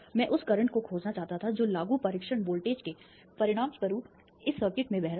मैं उस करंट को खोजना चाहता था जो लागू परीक्षण वोल्टेज के परिणामस्वरूप इस सर्किट में बह रहा है